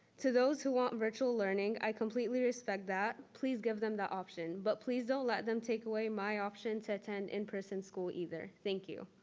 to those who want virtual learning, i completely respect that. please give them the option, but please don't let them take away my option to attend in-person school either. thank you.